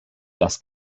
das